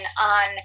on